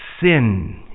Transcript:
Sin